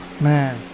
Man